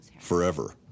forever